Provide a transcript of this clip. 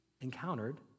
encountered